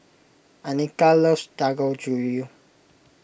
Annika loves Dangojiru